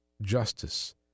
justice